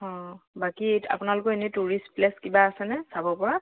অঁ বাকী আপোনালোকৰ এনেই টুৰিষ্ট প্লেচ কিবা আছেনে চাবপৰা